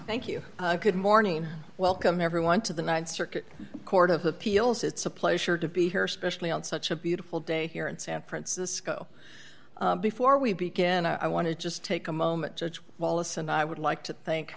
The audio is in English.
thank you good morning welcome everyone to the th circuit court of appeals it's a pleasure to be here especially on such a beautiful day here in san francisco before we begin i want to just take a moment judge wallace and i would like to thank